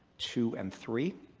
two, and three.